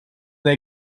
they